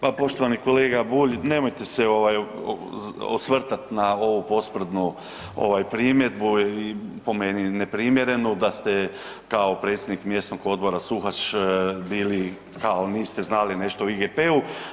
Pa poštovani kolega Bulj, nemojte osvrtat na ovu posprdnu primjedbu i po meni neprimjerenu da ste kao predsjednik mjesnog Odbora Suhač bili, kao niste znali nešto o IGP-u.